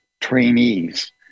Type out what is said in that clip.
trainees